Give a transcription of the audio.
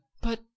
but—